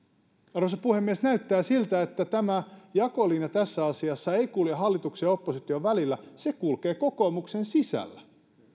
arvoisa puhemies näyttää siltä että tämä jakolinja tässä asiassa ei kulje hallituksen ja opposition välillä se kulkee kokoomuksen sisällä